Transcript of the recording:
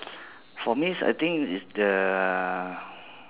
for me it's I think it's the